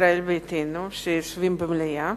ומישראל ביתנו שיושבים במליאה,